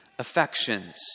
Affections